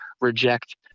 reject